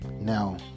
Now